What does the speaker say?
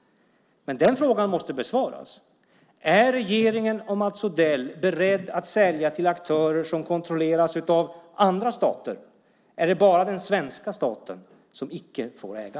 Men frågan måste besvaras: Är regeringen och Mats Odell beredda att sälja till aktörer som kontrolleras av andra stater - är det bara den svenska staten som icke får äga?